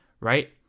Right